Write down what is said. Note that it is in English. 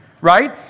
Right